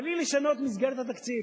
בלי לשנות את מסגרת התקציב,